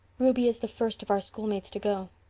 ruby is the first of our schoolmates to go.